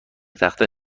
تخته